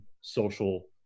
social